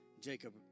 Jacob